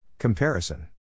Comparison